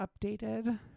updated